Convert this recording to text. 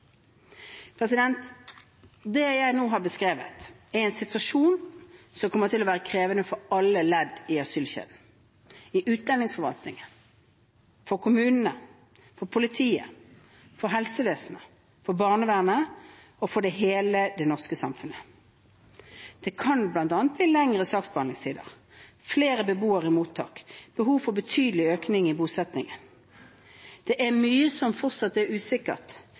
Det jeg nå har beskrevet, er en situasjon som kommer til å være krevende for alle ledd i asylkjeden – i utlendingsforvaltningen, for kommunene, for politiet, for helsevesenet, for barnevernet og for hele det norske samfunnet. Det kan bl.a. bli lengre saksbehandlingstider, flere beboere i mottak og behov for betydelig økning i bosettingen. Det er mye som fortsatt er usikkert,